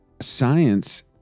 Science